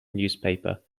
newspaper